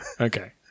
Okay